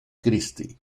christi